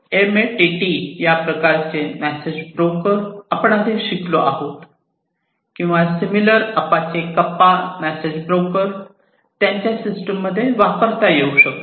MATT या प्रकारचे message broker आपण आधी शिकलो आहोत किंवा similar Apache Kafka message broker त्यांच्या सिस्टम मध्ये वापरता येऊ शकतो